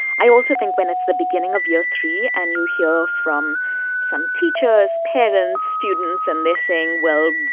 i also think when it's the beginning of year three and you hear from some teachers, parents, students and they're saying well,